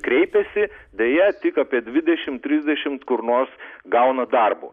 kreipiasi deja tik apie dvidešimt trisdešimt kur nors gauna darbo